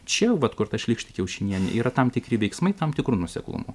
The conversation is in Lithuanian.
čia vat kur ta šlykšti kiaušinienė yra tam tikri veiksmai tam tikru nuoseklumu